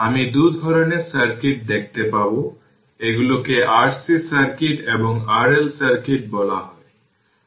আমি 2 ধরনের সার্কিট দেখতে পাব এগুলিকে RC সার্কিট এবং RL সার্কিট বলা হয়